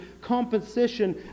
composition